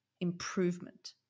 improvement